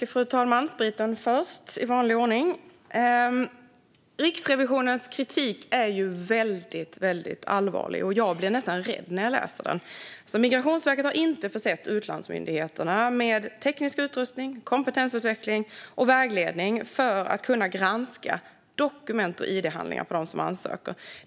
Fru talman! Riksrevisionens kritik är väldigt allvarlig, och jag blir nästan rädd när jag läser den. Migrationsverket har alltså inte försett utlandsmyndigheterna med teknisk utrustning, kompetensutveckling eller vägledning för att kunna granska dokument och id-handlingar för dem som ansöker.